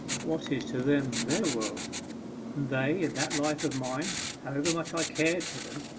what is to them their world, and they in that life of mine, however much i cared for them,